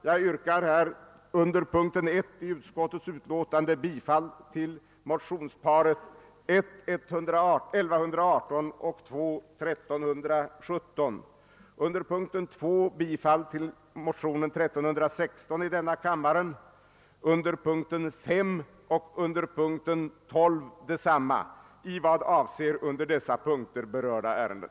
Jag yrkar under punkten 1 bifall till motionsparet I:1118 och II: 1317 och under punkterna 2, 5 och 12 bifall till motionen II: 1316 i vad avser under dessa punkter berörda ärenden.